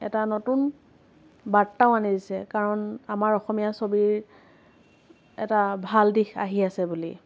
এটা নতুন বাৰ্তাও আনি দিছে কাৰণ আমাৰ অসমীয়া ছবিৰ এটা ভাল দিশ আহি আছে বুলি